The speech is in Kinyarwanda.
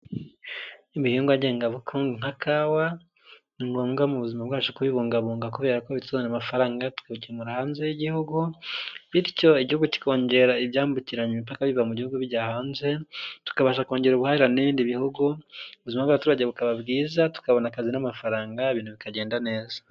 Ibihingwa ngenga bukungu nka kawa. Ni ngombwa mu buzima bwacu kubibungabunga kubera ko bituzanira amafaranga, tukagemura hanze y'Igihugu bityo Igihugu kikongera ibyambukiranya imipaka biva mu gihugu bijya hanze. Tukabasha kongera ubuhahirane n'ibindi bihugu. Ubuzima bw'abaturage bukaba bwiza tukabona akazi n'amafaranga ibintu bikagenda neza.